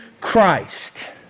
Christ